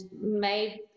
made